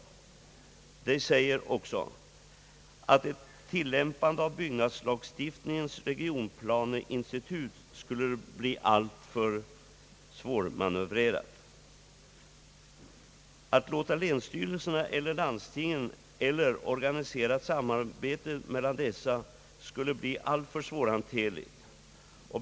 Styrelsen säger också, »att ett tillämpande av byggnadslagstiftningens regionplaneinstitut skulle bli alltför svårmanövrerat». Att låta länsstyrelserna eller landstingen planera eller att ha ett organiserat samarbete mellan dessa skulle bli alltför svårhanterligt.